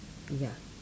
ya